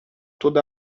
toda